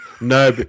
no